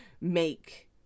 make